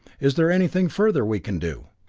is there anything further we can do?